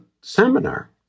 seminar